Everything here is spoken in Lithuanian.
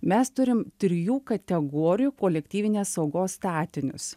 mes turim trijų kategorijų kolektyvinės saugos statinius